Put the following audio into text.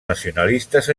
nacionalistes